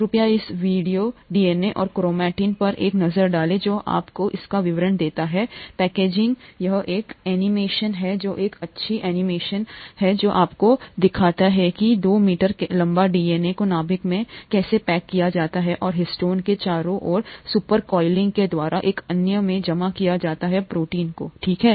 कृपया इस video DNA और क्रोमैटिन पर एक नज़र डालें जो आपको इसका विवरण देता है पैकेजिंग यह एक एनीमेशन है जो एक अच्छा एनीमेशन है जो आपको दिखाता है कि 2 मीटर कैसे है लंबे डीएनए को नाभिक में पैक किया जाता है और हिस्टोन्स के चारों ओर सुपर कोइलिंग के द्वारा एक अन्य में जमा किया जाता है प्रोटीन ठीक है